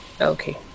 Okay